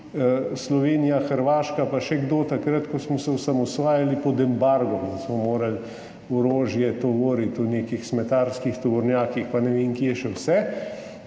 Sloveniji, na Hrvaškem in še kje, ko smo se osamosvajali, pod embargom in smo morali orožje tovoriti v nekih smetarskih tovornjakih in ne vem kje še vse.